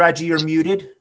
reggie or muted